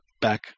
Back